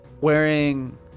wearing